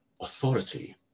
authority